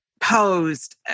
posed